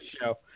show